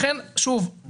לכן - שוב,